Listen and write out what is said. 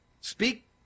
speak